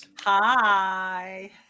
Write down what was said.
Hi